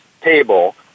table